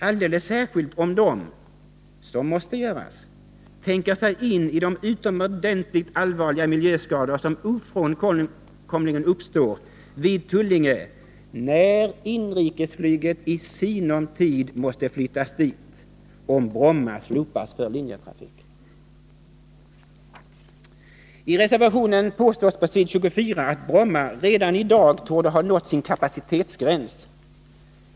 Alldeles särskilt om de, som måste göras, tänker sig in i de Onsdagen den utomordentligt allvarliga miljöskador som ofrånkomligen uppstår vid 17 december 1980 Tullinge, när inrikesflyget i sinom tid måste flyttas dit, om Bromma slopas för ”Bromma torde f. ö. redan i dag ha nått sin kapacitetsgräns” står det i reservationen på s. 24.